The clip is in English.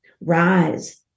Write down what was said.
Rise